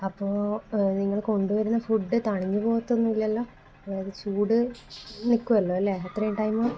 അപ്പോള് നിങ്ങൾ കൊണ്ടുവരുന്ന ഫുഡ് തണിഞ്ഞ് പോവത്തൊന്നും ഇല്ലല്ലോ അതായത് ചൂട് നിൽക്കുമല്ലോ അല്ലേ അത്രയും ടൈം